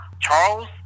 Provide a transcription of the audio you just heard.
Charles